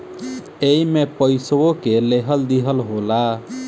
एईमे पइसवो के लेहल दीहल होला